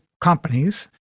companies